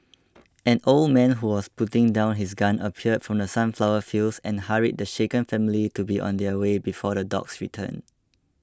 an old man who was putting down his gun appeared from the sunflower fields and hurried the shaken family to be on their way before the dogs return